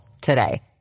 today